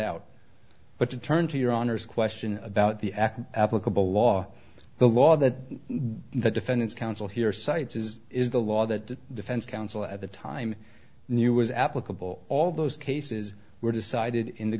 out but to turn to your honor's question about the applicable law the law that the defendant's counsel here cites is is the law that the defense counsel at the time knew was applicable all those cases were decided in the